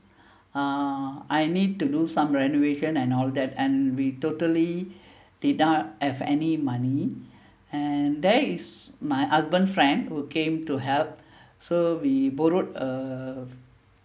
uh I need to do some renovation and all that and we totally did not have any money and there is my husband friend who came to help so we borrowed a